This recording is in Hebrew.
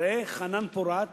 ראה חנן פורת